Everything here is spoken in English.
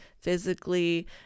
physically